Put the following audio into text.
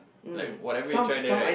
like whatever you try there right